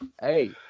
Hey